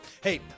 Hey